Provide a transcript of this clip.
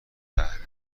تحریم